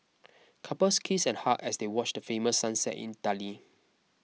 couples kissed and hugged as they watch the famous sunset in Italy